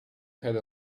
had